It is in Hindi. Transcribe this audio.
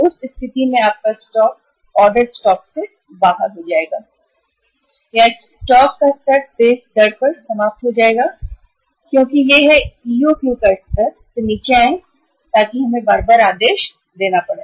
उस स्थिति में आपका स्टॉक हम से बाहर हो जाएगा या स्टॉक से बाहर हो जाएगा ऑर्डर होंगे या स्टॉक का हमारा स्तर तेज दर पर समाप्त हो जाएगा क्योंकि यह है EOQ स्तर से नीचे आएँ ताकि हमें बार बार आदेश देना पड़े